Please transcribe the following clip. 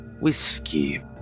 Whiskey